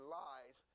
lies